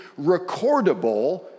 recordable